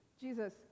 Jesus